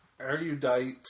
erudite